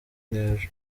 n’ejo